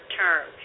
term